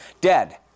dead